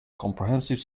comprehensive